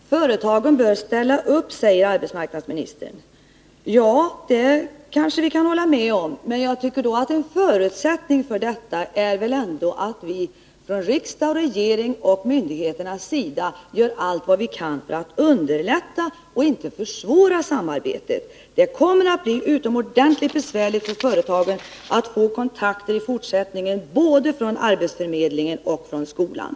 Herr talman! Företagen bör ställa upp, säger arbetsmarknadsministern. Ja, det kan vi hålla med om. Men en förutsättning för detta är väl ändå att vi från riksdagens och regeringens sida, liksom myndigheterna, gör allt vad vi kan för att underlätta och inte försvåra samarbetet. Det kommer att bli utomordentligt besvärligt för företagen när det gäller kontakterna i fortsättningen, både med arbetsförmedlingen och med skolan.